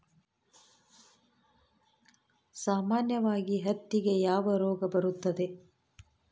ಸಾಮಾನ್ಯವಾಗಿ ಹತ್ತಿಗೆ ಯಾವ ರೋಗ ಬರುತ್ತದೆ?